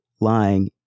lying